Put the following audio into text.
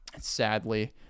Sadly